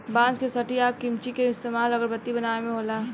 बांस के सठी आ किमची के इस्तमाल अगरबत्ती बनावे मे होला